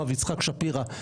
הרב יצחק שפירא,